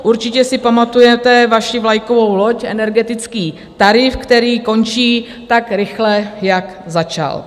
Určitě si pamatujete vaši vlajkovou loď, energetický tarif, který končí tak rychle, jak začal.